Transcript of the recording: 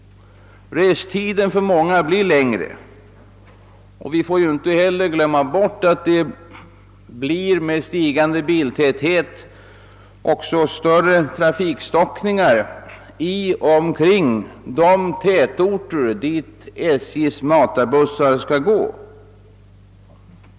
Restiden blir för många längre. Vi får inte heller glömma bort att det, med stigande biltäthet, blir större trafikstockningar i och omkring de tätorter dit SJ:s matarbussar skall gå.